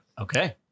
Okay